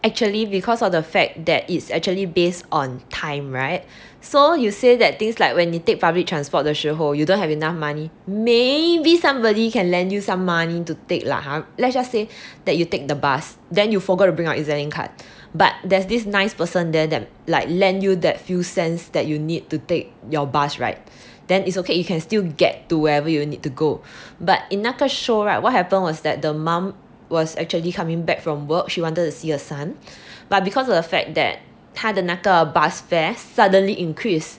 actually because of the fact that is actually based on time right so you say that things like when 你 take public transport 的时候 you don't have enough money maybe somebody can lend you some money to take lah !huh! let's just say that you take the bus then you forgot to bring your E_Z Link card but there's this nice person there that like lend you that few cent that you need to take your bus right then it's okay you can still get to wherever you need to go but in 那个 show right what happened was that the mom was actually coming back from work she wanted to see her son but because of the fact that 它的那个 bus fare suddenly increase